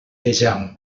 vejam